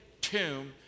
tomb